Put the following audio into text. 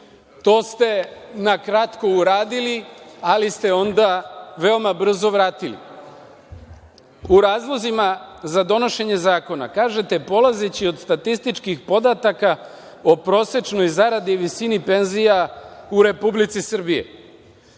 To ste na kratko uradili, ali ste onda veoma brzo vratili.U razlozima za donošenje zakona, kažete – polazeći od statističkih podataka o prosečnoj zaradi i visini penzija u Republici Srbiji.